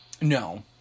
No